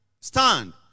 stand